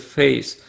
face